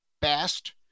best